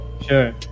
Sure